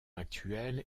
actuel